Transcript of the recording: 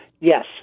yes